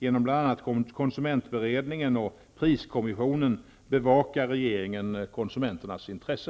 Genom bl.a. konsumentberedningen och priskommissionen bevakar regeringen konsumenternas intresse.